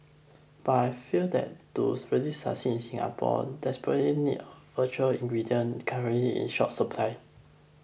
but I fear that twos really succeed Singapore desperately needs ingredient currently in short supply